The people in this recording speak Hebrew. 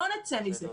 לא נצא מזה.